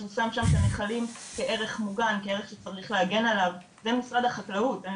פורסם שם שהנחלים כערך מוגן וכערך שצריך להגן עליו זה משרד החקלאות ואני